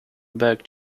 back